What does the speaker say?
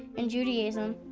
in judaism,